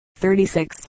36